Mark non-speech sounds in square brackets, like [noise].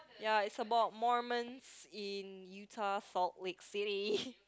ya it's about Mormons in Utah Salt Lake City [laughs]